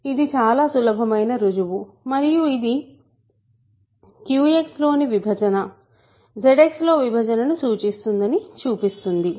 ఇది చాలా సులభమైన రుజువు మరియు ఇది QX లోని విభజన ZX లో విభజనను సూచిస్తుందని చూపిస్తుంది